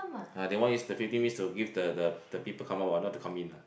ah that one is the fifteen minutes to give the the the people come out one not to come in ah